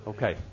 Okay